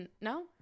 no